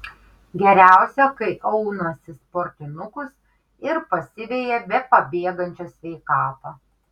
geriausia kai aunasi sportinukus ir pasiveja bepabėgančią sveikatą